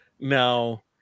Now